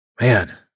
man